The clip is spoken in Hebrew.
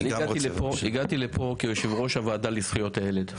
הגעתי לפה כיושב-ראש הוועדה לזכויות הילד,